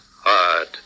hard